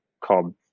called